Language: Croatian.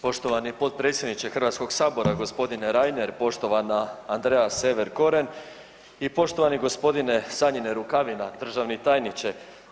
Poštovani potpredsjedniče Hrvatskoga sabora gospodine Reiner, poštovana Andrea Sever Koren i poštovani gospodine Sanjine Rukavina državni tajniče.